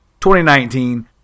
2019